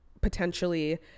potentially